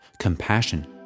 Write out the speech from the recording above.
compassion